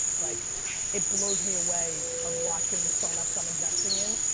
like it blows me away of watching the start-ups i'm investing in,